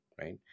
right